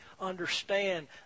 understand